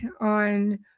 on